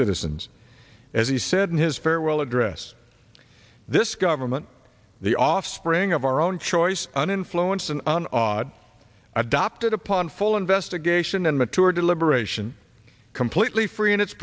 citizens as he said in his farewell address this government the offspring of our own choice uninfluenced an odd adopted upon full investigation and mature deliberation completely free in it